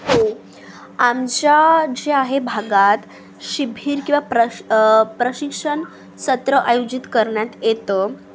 हो आमच्या जे आहे भागात शिबिर किंवा प्रश प्रशिक्षण सत्र आयोजित करण्यात येतं